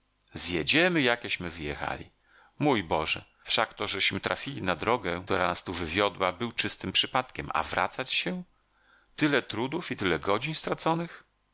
zjedziemy jakeśmy wyjechali mój boże wszak to żeśmy trafili na drogę która nas tu wywiodła było czystym przypadkiem a wracać się tyle trudów i tyle godzin straconych